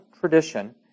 tradition